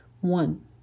One